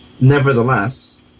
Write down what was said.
Nevertheless